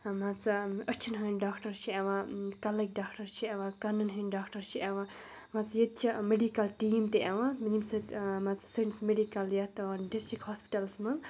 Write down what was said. مان ژٕ أچھَن ہٕنٛدۍ ڈاکٹر چھِ یِوان کَلٕکۍ ڈاکٹر چھِ یِوان کَنَن ہٕنٛدۍ ڈاکٹر چھِ یِوان مان ژٕ ییٚتہِ چھِ میٚڈیٖکَل ٹیٖم تہِ یِوان ییٚمہِ سۭتۍ مان ژٕ سٲنِس میٚڈِکل یَتھ ڈِسٹِرٛک ہاسپِٹَلَس منٛز